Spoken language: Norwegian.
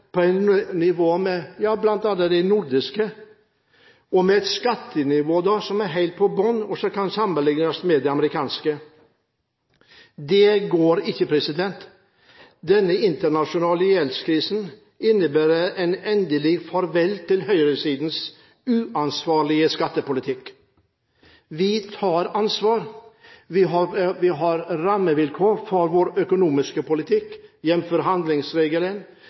med et skattenivå som er helt på bunn, og som kan sammenliknes med det amerikanske. Det går ikke. Den internasjonale gjeldskrisen innebærer et endelig farvel til høyresidens uansvarlige skattepolitikk. Vi tar ansvar. Vi har rammevilkår for vår økonomiske politikk jf. handlingsregelen,